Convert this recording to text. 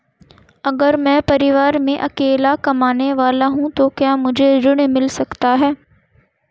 अगर मैं परिवार में अकेला कमाने वाला हूँ तो क्या मुझे ऋण मिल सकता है?